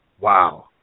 Wow